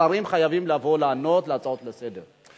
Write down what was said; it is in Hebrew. שרים חייבים לבוא לענות להצעות לסדר.